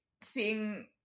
seeing